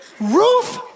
Ruth